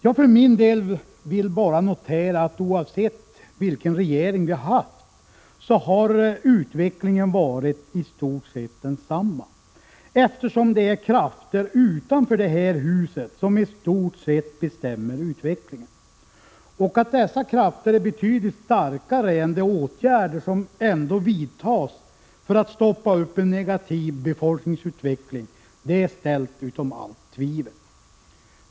Jag vill för min del bara notera, att oavsett vilken regering vi haft har utvecklingen varit densamma, eftersom det är krafter utanför detta hus som i stort sett bestämmer utvecklingen. Att dessa krafter är betydligt starkare än de åtgärder som ändå vidtas för att stoppa en negativ befolkningsutveckling är ställt utom allt tvivel.